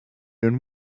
and